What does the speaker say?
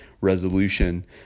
resolution